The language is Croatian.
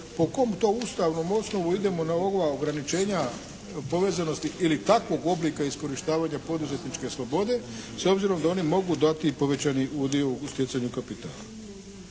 po kom to ustavnom osnovu idemo na ova ograničenja povezanosti ili takvog oblika iskorištavanja poduzetničke slobode s obzirom da one mogu dati i povećani udio u stjecanju kapitala.